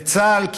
זה צה"ל.